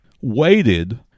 waited